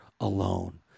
alone